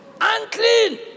unclean